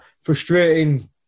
frustrating